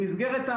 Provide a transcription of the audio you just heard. במסגרת,